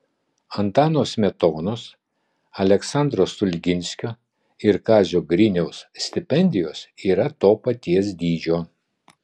antano smetonos aleksandro stulginskio ir kazio griniaus stipendijos yra to paties dydžio